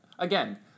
Again